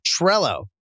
Trello